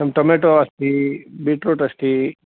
tomato अस्ति beetroot अस्ति